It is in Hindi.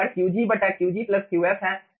तो यहाँ पर Qg Qg Qf है